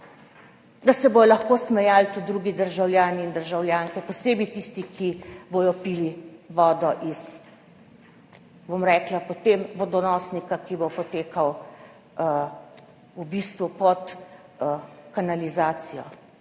da se bodo lahko smejali tudi drugi državljani in državljanke, posebej tisti, ki bodo potem pili vodo iz vodonosnika, ki bo potekal v bistvu pod kanalizacijo.